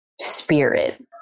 spirit